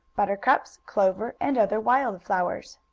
buttercups, clover and other wild flowers.